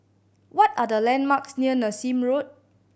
what are the landmarks near Nassim Road